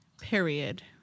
Period